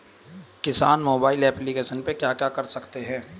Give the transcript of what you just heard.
किसान mobile application पे क्या क्या कर सकते हैं?